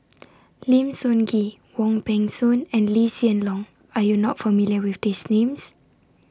Lim Sun Gee Wong Peng Soon and Lee Hsien Loong Are YOU not familiar with These Names